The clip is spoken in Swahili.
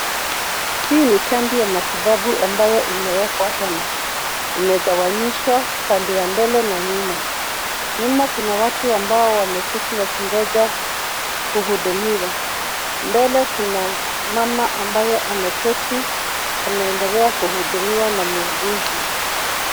Hii ni kambi ya matibabu ambayo imewekwa hema. Umegawanyishwa upande wa mbele na nyuma .Nyuma kuna watu ambao wameketi wakingoja kuhudumiwa. Mbele kuna mama ambaye ameketi anaendelea kuhudumiwa na muuguzi.